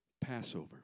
Passover